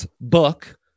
book